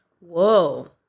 Whoa